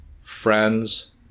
friends